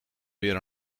weer